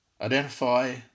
Identify